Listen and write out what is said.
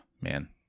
man